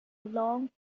long